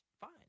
fine